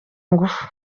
ingufu